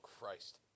Christ